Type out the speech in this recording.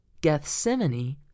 Gethsemane